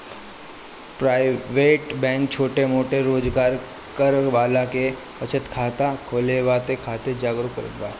private bank छोट मोट रोजगार करे वाला के बचत खाता खोलवावे खातिर जागरुक करत बिया